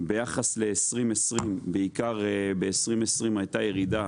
ביחס ל-2020 בעיקר ב-2020 הייתה ירידה